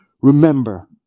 Remember